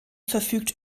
verfügt